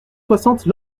soixante